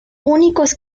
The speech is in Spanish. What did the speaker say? únicos